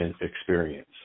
experience